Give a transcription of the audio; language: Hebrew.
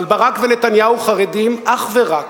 אבל ברק ונתניהו חרדים אך ורק,